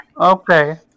Okay